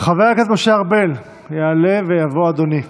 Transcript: חבר הכנסת משה ארבל יעלה ויבוא, אדוני.